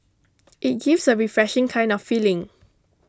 it gives a refreshing kind of feeling